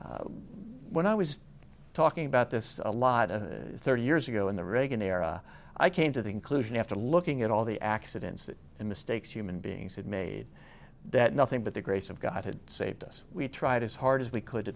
when i was talking about this a lot of thirty years ago in the reagan era i came to the conclusion after looking at all the accidents that the mistakes human beings had made that nothing but the grace of god had saved us we tried as hard as we could to